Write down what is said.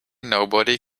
nobody